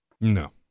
No